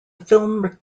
film